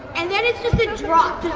and then it's just a drop.